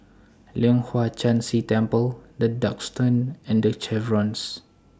Leong Hwa Chan Si Temple The Duxton and The Chevrons